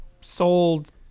sold